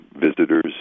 visitors